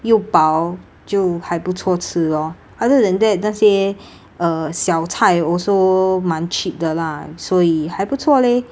又薄就还不错吃 lor other than that 那些 uh 小菜 also 蛮 cheap 的 lah 所以还不错 leh